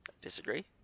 Disagree